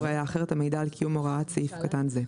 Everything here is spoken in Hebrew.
ראיה אחרת המעידה על קיום הוראת סעיף קטן זה,